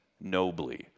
nobly